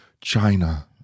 China